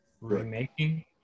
Remaking